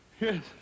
Yes